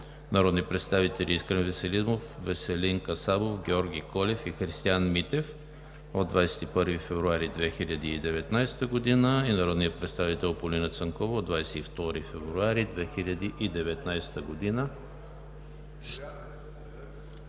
народните представители Искрен Веселинов, Валентин Касабов, Георги Колев и Христиан Митев от 21 февруари 2019 г. и народният представител Полина Цанкова от 22 февруари 2019 г.